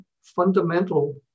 fundamental